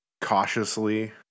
cautiously